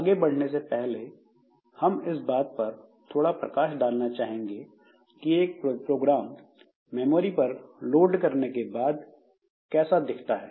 आगे बढ़ने से पहले हम इस बात पर थोड़ा प्रकाश डालना चाहेंगे कि एक प्रोग्राम मेमोरी पर लोड करने के बाद कैसा दिखता है